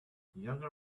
younger